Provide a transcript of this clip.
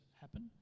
happen